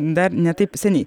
dar ne taip seniai